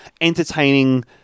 entertaining